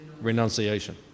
renunciation